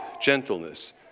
gentleness